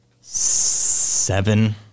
seven